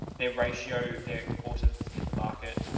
their ratios, their importance in the market.